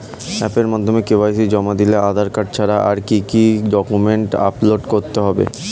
অ্যাপের মাধ্যমে কে.ওয়াই.সি জমা দিলে আধার কার্ড ছাড়া আর কি কি ডকুমেন্টস আপলোড করতে হবে?